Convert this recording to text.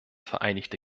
vereinigte